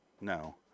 No